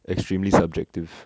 extremely subjective